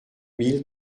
mille